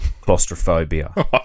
claustrophobia